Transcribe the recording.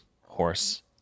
Horse